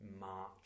march